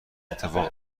اتفاق